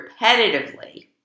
repetitively